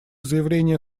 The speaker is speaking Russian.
заявление